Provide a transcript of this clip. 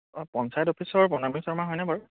অ' পঞ্চায়ত অফিচৰ প্ৰণামী শৰ্মা হয়নে বাৰু